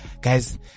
guys